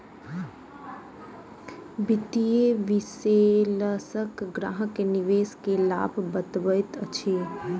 वित्तीय विशेलषक ग्राहक के निवेश के लाभ बतबैत अछि